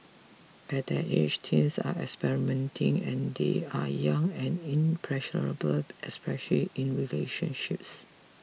at that age teens are experimenting and they are young and impressionable especially in relationships